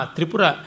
Tripura